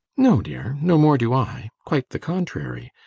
no, dear no more do i quite the contrary.